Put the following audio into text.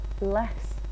less